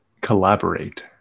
Collaborate